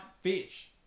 fish